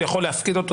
הוא יכול להפקיד אותו.